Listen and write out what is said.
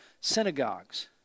synagogues